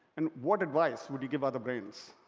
and what advice would you give other brands?